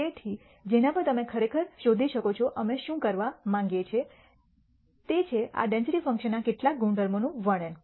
તેથી જેના પર તમે ખરેખર શોધી શકો છો કે અમે શું કરવા માંગીએ છીએ તે છે આ ડેન્સિટી ફંક્શન ના કેટલાક ગુણધર્મોનું વર્ણન